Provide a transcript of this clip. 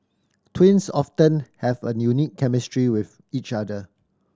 twins often have a unique chemistry with each other